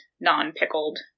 non-pickled